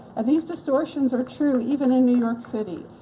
and these distortions are true even in new york city.